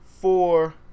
four